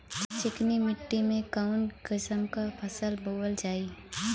चिकनी मिट्टी में कऊन कसमक फसल बोवल जाई?